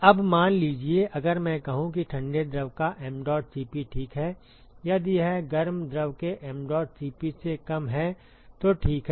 अब मान लीजिए अगर मैं कहूं कि ठंडे द्रव का mdot Cp ठीक है यदि यह गर्म द्रव के mdot Cp से कम है तो ठीक है